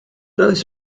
oes